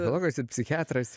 biologas ir psichiatras